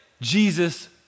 Jesus